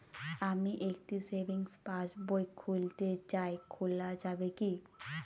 আমি একটি সেভিংস পাসবই খুলতে চাই খোলা যাবে কি?